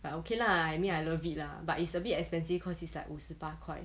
but okay lah I mean I love it lah but it's a bit expensive cause it's like 五十八块